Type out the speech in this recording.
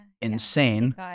insane